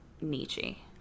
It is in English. Nietzsche